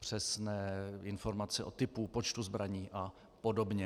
přesné informace o typu, počtu zbraní apod.